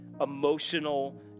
emotional